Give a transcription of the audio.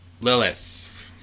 Lilith